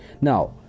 now